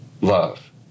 love